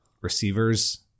receivers